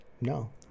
No